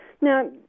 Now